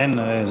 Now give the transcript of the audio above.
תוך כמה זמן?